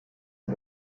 and